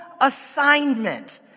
assignment